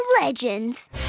legends